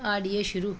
audio ਸ਼ੁਰੂ